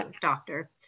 doctor